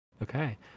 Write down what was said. okay